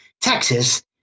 Texas